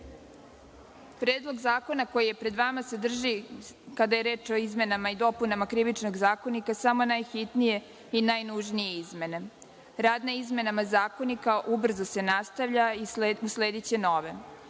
zakona koji je pred vama sadrži, kada je reč o izmenama i dopunama Krivičnog zakonika samo najhitnije i najnužnije izmene. Rad na izmenama Zakonika ubrzo se nastavlja i uslediće nove.